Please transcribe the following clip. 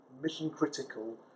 mission-critical